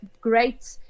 great